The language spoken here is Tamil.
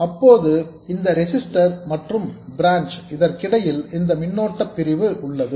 அப்போது இந்த ரெசிஸ்டர் மற்றும் பிரான்ச் இதற்கிடையில் இந்த மின்னோட்ட பிரிவு உள்ளது